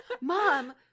Mom